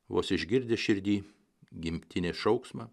vos išgirdęs širdį gimtinės šauksmą